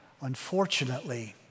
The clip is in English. Unfortunately